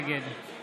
נגד